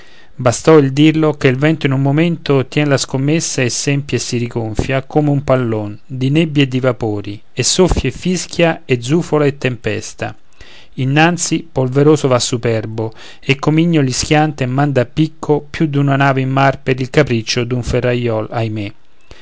bastò il dirlo che il vento in un momento tien la scommessa e s'empie e si rigonfia come un pallon di nebbie e di vapori e soffia e fischia e zufola e tempesta innanzi polveroso va superbo e comignoli schianta e manda a picco più d'una nave in mar per il capriccio d'un ferraiol ahimè